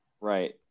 Right